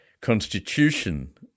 constitution